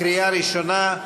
קריאה ראשונה.